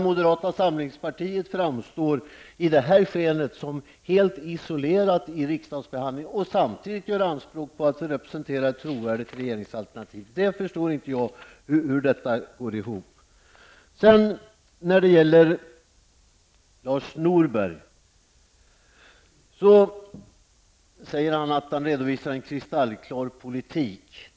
Moderata samlingspartiet framstår i detta sammanhang som helt isolerat i riksdagen, men gör samtidigt anspråk på att representera ett trovärdigt regeringsalternativ. Jag förstår inte hur detta går ihop. Lars Norberg säger att han redovisar en kristallklar politik.